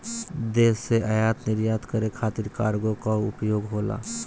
देश से आयात निर्यात करे खातिर कार्गो कअ उपयोग होला